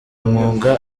umwuga